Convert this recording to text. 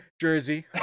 Jersey